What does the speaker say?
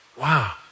Wow